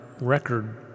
record